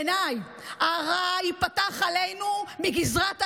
בעיניי הרעה תיפתח עלינו מגזרת איו"ש.